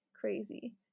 crazy